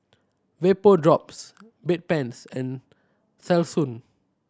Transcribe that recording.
Vapodrops Bedpans and Selsun